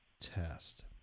test